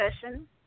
session